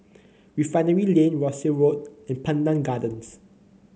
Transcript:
Refinery Lane Rosyth Road and Pandan Gardens